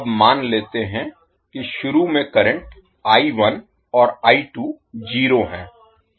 अब मान लेते हैं कि शुरू में करंट और जीरो है